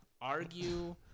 argue